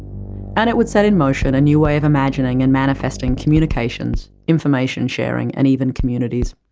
and it would set in motion a new way of imagining and manifesting communications, information sharing and even communities.